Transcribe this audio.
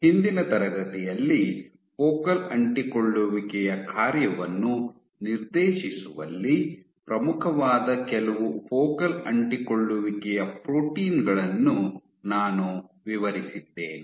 ಹಿಂದಿನ ತರಗತಿಯಲ್ಲಿ ಫೋಕಲ್ ಅಂಟಿಕೊಳ್ಳುವಿಕೆಯ ಕಾರ್ಯವನ್ನು ನಿರ್ದೇಶಿಸುವಲ್ಲಿ ಪ್ರಮುಖವಾದ ಕೆಲವು ಫೋಕಲ್ ಅಂಟಿಕೊಳ್ಳುವಿಕೆಯ ಪ್ರೋಟೀನ್ ಗಳನ್ನು ನಾನು ವಿವರಿಸಿದ್ದೇನೆ